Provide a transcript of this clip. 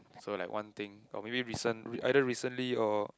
so like one thing or maybe recent either recently or